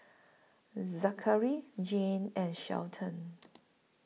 Zakary Jeanne and Shelton